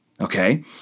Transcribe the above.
okay